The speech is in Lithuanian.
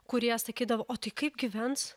kurie sakydavo o tai kaip gyvens